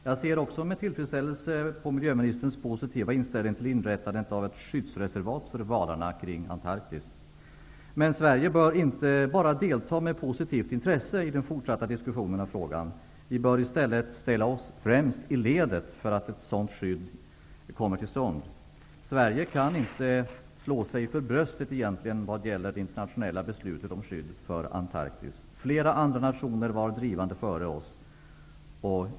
Jag ser också med tillfredsställele på miljöministerns positiva inställning till inrättandet av ett skyddsreservat för valarna kring Antarktis. Men Sverige bör inte bara delta med positivt intresse i den fortsatta diskussionen i frågan. Vi bör i stället ställa oss främst i ledet för att ett sådant skydd kommer till stånd. Sverige kan inte slå sig för bröstet när det gäller det internationella beslutet om skydd för Antarktis. Flera andra nationer var drivande före oss.